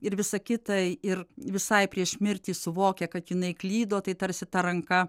ir visa kita ir visai prieš mirtį suvokia kad jinai klydo tai tarsi ta ranka